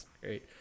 great